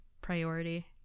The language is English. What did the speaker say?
priority